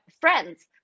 friends